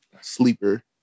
sleeper